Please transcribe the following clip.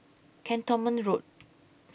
Cantonment Road